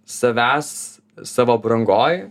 savęs savo aprangoj